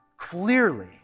clearly